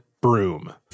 broom